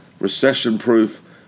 recession-proof